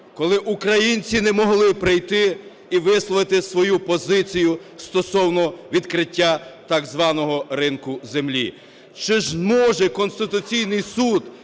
коли українці не могли прийти і висловити свою позицію стосовно відкриття так званого ринку землі. Чи зможе Конституційний Суд,